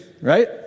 right